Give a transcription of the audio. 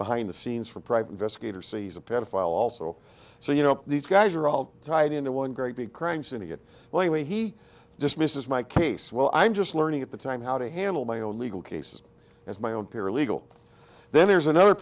behind the scenes for private investigator sees a pedophile also so you know these guys are all tied into one great big crime syndicate the way he dismisses my case well i'm just learning at the time how to handle my own legal cases as my own paralegal then there's another